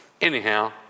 anyhow